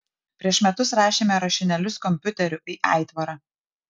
prieš metus rašėme rašinėlius kompiuteriu į aitvarą